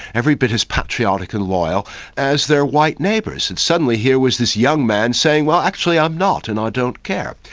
every bit as patriotic and loyal as their white neighbours, and suddenly here was this young man saying well, actually i'm not, and i don't care.